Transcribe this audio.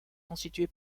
constituée